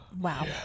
wow